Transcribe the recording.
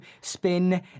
spin